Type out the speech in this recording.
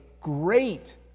great